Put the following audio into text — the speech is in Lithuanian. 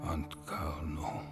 ant kalno